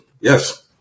Yes